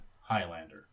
Highlander